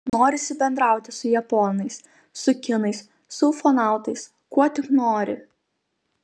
norisi bendrauti su japonais su kinais su ufonautais kuo tik nori